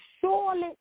surely